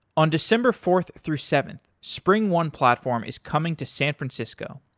on december fourth through seventh, springone platform is coming to san francisco.